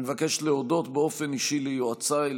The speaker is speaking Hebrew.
אני מבקש להודות באופן אישי ליועציי,